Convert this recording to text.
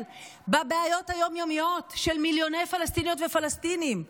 בבעיות היום-יומיות של מיליוני פלסטיניות ופלסטינים,